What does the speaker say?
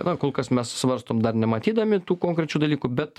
na kol kas mes svarstom dar nematydami tų konkrečių dalykų bet